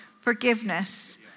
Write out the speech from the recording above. forgiveness